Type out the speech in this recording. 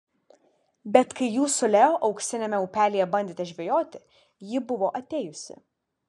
bet kai jūs su leo auksiniame upelyje bandėte žvejoti ji buvo atėjusi